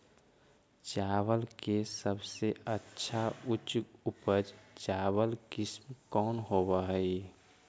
चावल के सबसे अच्छा उच्च उपज चावल किस्म कौन होव हई?